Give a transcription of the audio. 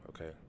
okay